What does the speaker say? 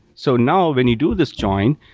so now when you do this join,